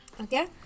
Okay